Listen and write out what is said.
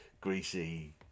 greasy